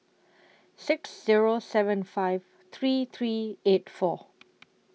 six Zero seven five three three eight four